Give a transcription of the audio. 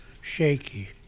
shaky